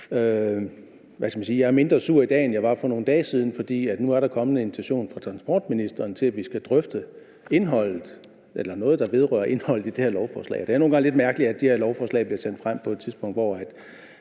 Jeg er mindre sur i dag, end jeg var for nogle dage siden, for nu er der kommet en invitation fra transportministeren til, at vi skal drøfte indholdet eller noget, der vedrører indholdet i det her lovforslag. Det er nogle gange lidt mærkeligt, at de her lovforslag bliver sendt frem på et tidspunkt, hvor